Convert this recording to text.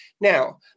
Now